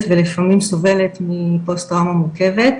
ולפעמים סובלת מפוסט טראומה מורכבת,